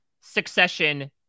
succession